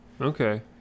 Okay